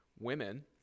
women